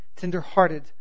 tender-hearted